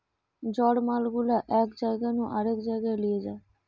জড় মাল গুলা এক জায়গা নু আরেক জায়গায় লিয়ে যায়